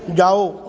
ਜਾਓ